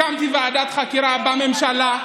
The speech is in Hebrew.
הקמתי ועדת חקירה בממשלה,